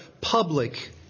public